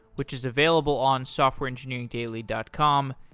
which is available on softwareengineerigndaily dot com.